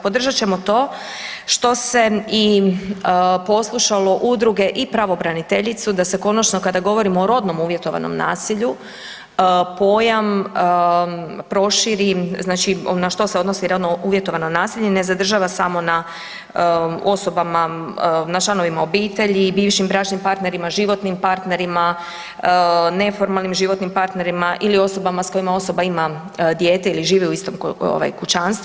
Podržat ćemo to što se i poslušalo udruge i pravobraniteljicu da se konačno, kada govorimo o rodno uvjetovanom nasilju, pojam proširi, znači, na što se odnosi rodno uvjetovano nasilje, ne zadržava samo na osobama, na članovima obitelji, bivšim bračnim partnerima, životnim partnerima, neformalnim životnim partnerima ili osobama s kojima osoba ima dijete ili žive u istom kućanstvu.